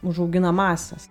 užaugina masės